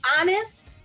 honest